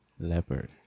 Leopard